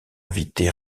invité